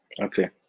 Okay